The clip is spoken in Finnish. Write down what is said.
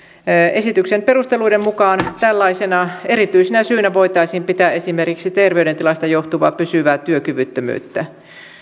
esityksen perusteluiden mukaan tällaisena erityisenä syynä voitaisiin pitää esimerkiksi terveydentilasta johtuvaa pysyvää työkyvyttömyyttä